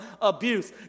Abuse